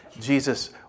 Jesus